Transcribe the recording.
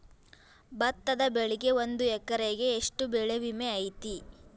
ಭತ್ತದ ಬೆಳಿಗೆ ಒಂದು ಎಕರೆಗೆ ಎಷ್ಟ ಬೆಳೆ ವಿಮೆ ಐತಿ?